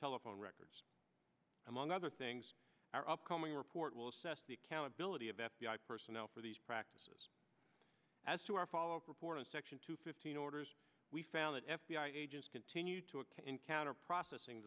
telephone records among other things our upcoming report will assess the accountability of f b i personnel for these practices as to our follow up report to section two fifteen orders we found that f b i agents continued to a can encounter processing